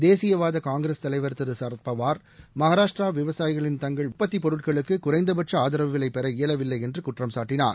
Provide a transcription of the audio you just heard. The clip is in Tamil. தேசியவாத காங்கிரஸ் தலைவர் திரு சரத் பவார் மகாராஷ்டிரா விவசாயிகள் தங்கள் உற்பத்தி பொருட்களுக்கு குறைந்தபட்ட ஆதரவு விலை பெற இயலவில்லை என்று குற்றம் சாட்டினார்